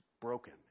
broken